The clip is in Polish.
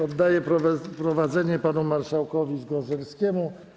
Oddaję prowadzenie panu marszałkowi Zgorzelskiemu.